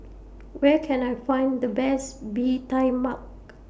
Where Can I Find The Best Bee Tai Mak